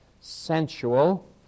sensual